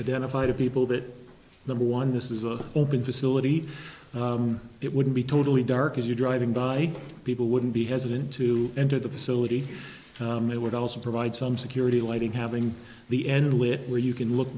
identify to people that number one this is an open facility it would be totally dark as you're driving by people wouldn't be hesitant to enter the facility it would also provide some security lighting having the end lift where you can look